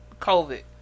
covid